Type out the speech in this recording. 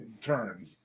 turn